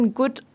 good